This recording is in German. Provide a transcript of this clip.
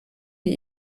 die